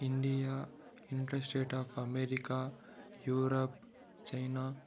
India United States of America Europe China